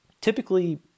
Typically